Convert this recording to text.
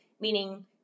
meaning